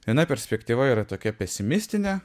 viena perspektyva yra tokia pesimistinė